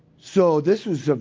so this